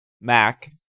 Mac